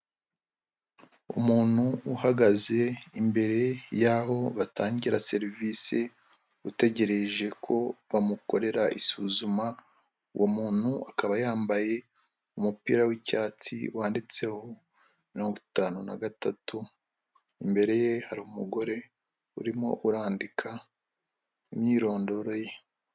Umuntu uhagaze imbere yaho batangira serivisi utegereje ko bamukorera isuzuma, uwo muntu akaba yambaye umupira w'icyatsi wanditseho mirongo itanu na gatatu, imbere ye hari umugore urimo urandika imyirondoro ye.